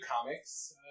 comics